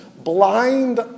blind